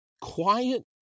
quiet